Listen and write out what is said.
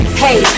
hey